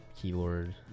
keyboard